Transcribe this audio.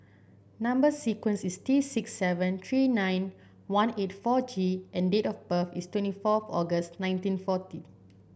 number sequence is T six seven three nine one eight four G and date of birth is twenty four August nineteen forty